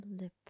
lip